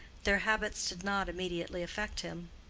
their habits did not immediately affect him.